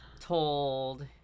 told